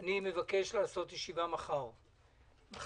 אני מבקש לעשות ישיבה מחר ב-10:30.